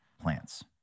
plants